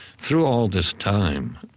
through all this time,